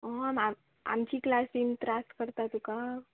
हय आमची क्लासीन त्रास करता तुका